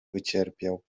wycierpiał